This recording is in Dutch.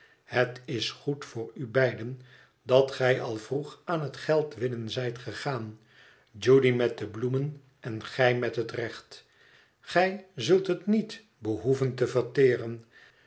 het is goed voor u beiden dat gij al vroeg aan het geldwinnen zijt gegaan judy met de bloemen en gij met het recht gij zult het niet behoeven te verteren